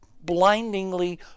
blindingly